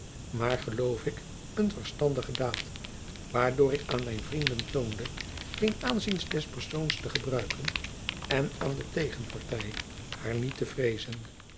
maar geloof ik een verstandige daad waardoor ik aan mijn vrienden toonde geen aanzien des persoons te gebruiken en aan de tegenparty haar niet te vreezen